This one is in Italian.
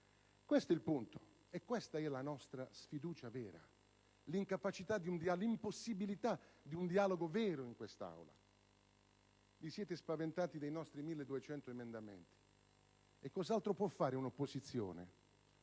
vero di questa nostra sfiducia, vale a dire l'impossibilità di un dialogo vero in quest'Aula. Vi siete spaventati dei nostri 1.200 emendamenti: cos'altro può fare un'opposizione